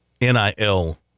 NIL